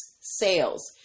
Sales